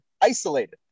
isolated